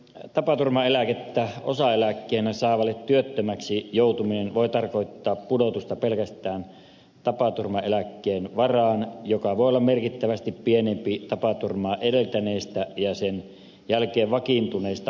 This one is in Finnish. tapaturmaeläkettä osaeläkkeenä saavalle työttömäksi joutuminen voi tarkoittaa pudotusta pelkästään tapaturmaeläkkeen varaan joka voi olla merkittävästi pienempi tapaturmaa edeltäneestä ja sen jälkeen vakiintuneesta ansiotasosta